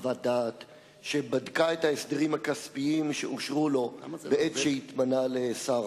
חוות דעת שבדקה את ההסדרים הכספיים שאושרו לו בעת שהתמנה לשר.